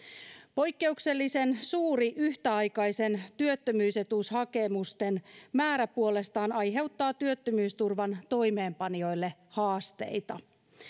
poikkeuksellisen suuri yhtäaikaisten työttömyysetuushakemusten määrä puolestaan aiheuttaa työttömyysturvan toimeenpanijoille haasteita